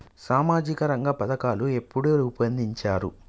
సామాజిక రంగ పథకాలు ఎప్పుడు రూపొందించారు?